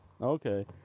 okay